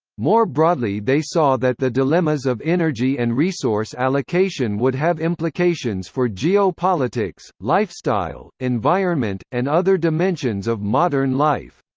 more broadly they saw that the dilemmas of energy and resource allocation would have implications for geo-politics, lifestyle, environment, and other dimensions of modern life.